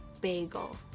bagel